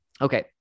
Okay